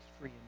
free